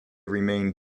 remained